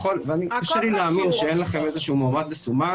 קשה לי להאמין שאין לכם איזשהו מועמד מסומן